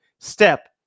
Step